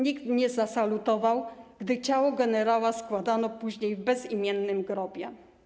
Nikt nie zasalutował, gdy ciało generała składano później w bezimiennym grobie.